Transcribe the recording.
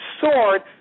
sword